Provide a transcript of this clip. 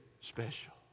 special